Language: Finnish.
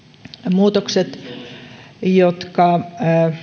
muutokset jotka